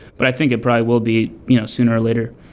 but i think it probably will be you know sooner or later.